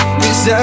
cause